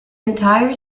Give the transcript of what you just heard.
entire